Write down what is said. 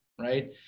right